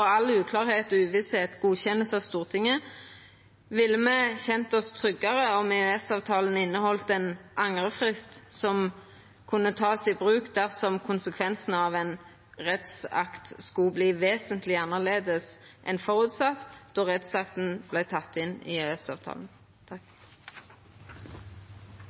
all uklarheit og uvissheit vert godkjent av Stortinget, ville me kjent oss tryggare om EØS-avtalen inneheldt ein angrefrist som kunne takast i bruk dersom konsekvensane av ein rettsakt skulle verta vesentleg annleis enn føresett då rettsakta vart teken inn i EØS-avtalen.